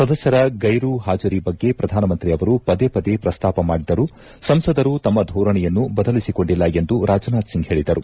ಸದಸ್ಯರ ಗೈರು ಹಾಜರಿ ಬಗ್ಗೆ ಪ್ರಧಾನಮಂತ್ರಿ ಅವರು ಪದೇ ಪದೇ ಪ್ರಸ್ತಾಪ ಮಾಡಿದ್ದರೂ ಸಂಸದರು ತಮ್ಮ ಧೋರಣೆಯನ್ನು ಬದಲಿಸಿಕೊಂಡಿಲ್ಲ ಎಂದು ರಾಜನಾಥ್ ಸಿಂಗ್ ಹೇಳಿದರು